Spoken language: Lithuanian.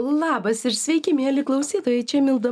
labas ir sveiki mieli klausytojai čia milda